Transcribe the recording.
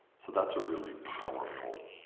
so that's a really powerful